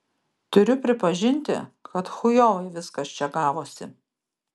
turiu pripažinti kad chujovai viskas čia gavosi